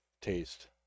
taste